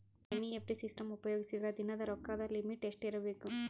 NEFT system ಉಪಯೋಗಿಸಿದರ ದಿನದ ರೊಕ್ಕದ ಲಿಮಿಟ್ ಎಷ್ಟ ಇರಬೇಕು?